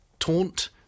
Taunt